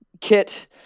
Kit